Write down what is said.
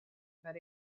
but